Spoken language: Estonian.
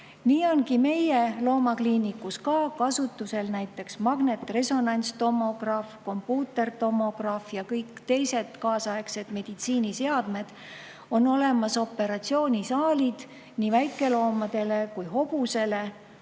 Nii ongi meie loomakliinikus kasutusel näiteks magnetresonantstomograaf, kompuutertomograaf ja kõik teised kaasaegsed meditsiiniseadmed. On olemas operatsioonisaalid nii väikeloomadele kui ka hobusele,